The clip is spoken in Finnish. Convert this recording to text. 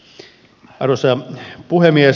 arvoisa puhemies